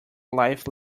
life